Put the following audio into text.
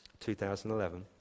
2011